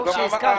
טוב שהזכרת לי.